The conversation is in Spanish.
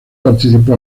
participó